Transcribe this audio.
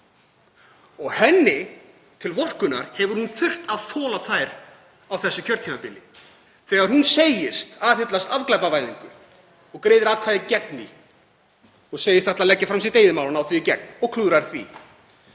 Hreyfingunni til vorkunnar hefur hún þurft að þola þær á þessu kjörtímabili þegar hún segist aðhyllast afglæpavæðingu og greiðir atkvæði gegn því og segist ætla að leggja fram eigið mál og ná því í gegn og klúðrar því,